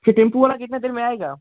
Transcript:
फिर टेमपु वाला कितने देर में आएगा